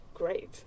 great